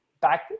back